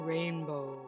Rainbow